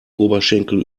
oberschenkel